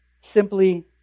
simply